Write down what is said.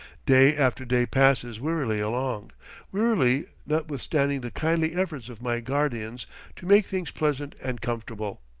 day after day passes wearily along wearily, notwithstanding the kindly efforts of my guardians to make things pleasant and comfortable.